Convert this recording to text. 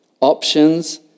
options